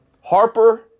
Harper